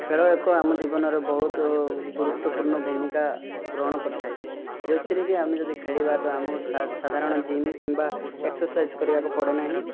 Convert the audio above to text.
ଖେଳ ଏକ ଆମ ଜୀବନରେ ବହୁତ ଗୁରୁତ୍ବପୂର୍ଣ୍ଣ ଭୂମିକା ଗ୍ରହଣ କରିଥାଏ ଯେଉଁଥିରେ କି ଆମେ ଯଦି ଖେଳିବା ତ ଆମକୁ ସାଧାରଣ ଜିମ୍ କିମ୍ବା ଏକ୍ସର୍ସାଇଜ୍ କରିବାକୁ ପଡ଼େ ନାହିଁ